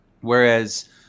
Whereas